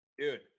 Dude